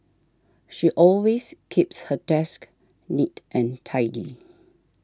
she always keeps her desk neat and tidy